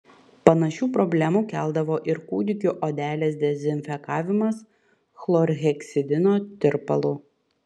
panašių problemų keldavo ir kūdikių odelės dezinfekavimas chlorheksidino tirpalu